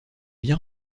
bien